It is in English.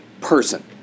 person